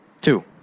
Two